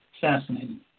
fascinating